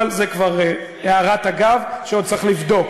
אבל זה כבר הערת אגב שעוד צריך לבדוק.